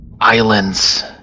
islands